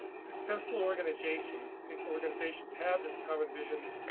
successful organizations organizations have this common vision.